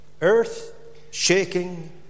Earth-shaking